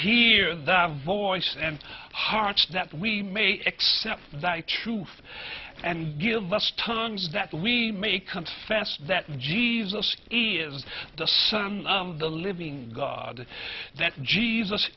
hear the voice and hearts that we may accept that truth and give us tongues that we may confess that jesus is the son of the living god that jesus